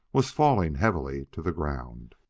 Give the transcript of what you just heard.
was falling heavily to the ground.